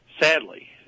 Sadly